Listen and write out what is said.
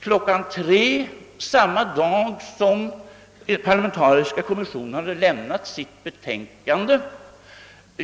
klockan 15 samma dag som den parlamentariska nämnden lämnat sitt betänkande.